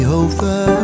over